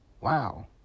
Wow